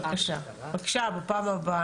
בפעם הבאה,